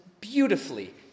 beautifully